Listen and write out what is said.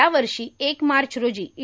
यावर्षी एक मार्च रोजी ई